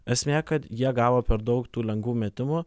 esmė kad jie gavo per daug tų lengvų metimų